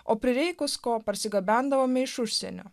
o prireikus ko parsigabendavome iš užsienio